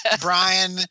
Brian